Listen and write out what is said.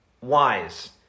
wise